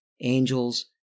angels